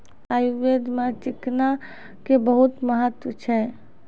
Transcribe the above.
आयुर्वेद मॅ चिकना के बहुत महत्व छै